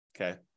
okay